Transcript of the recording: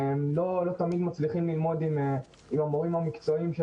לא תמיד אנחנו מצליחים ללמוד עם המורים המקצועיים של